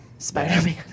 Spider-Man